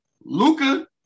Luca